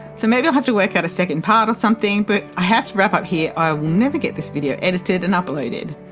so maybe i'll have to work out a second part or something, but i have to wrap up here or i'll never get this video edited and uploaded!